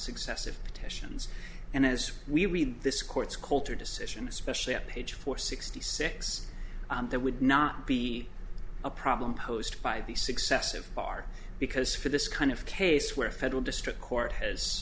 successive petitions and as we read this court's colter decision especially at page four sixty six there would not be a problem posed by the successive bar because for this kind of case where a federal district court